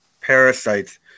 parasites